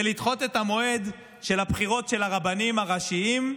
בלדחות את המועד של הבחירות של הרבנים הראשיים,